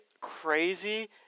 crazy